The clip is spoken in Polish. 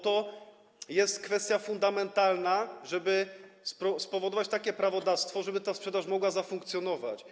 To jest kwestia fundamentalna, żeby stworzyć takie prawodawstwo, żeby ta sprzedaż mogła zafunkcjonować.